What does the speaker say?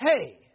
Hey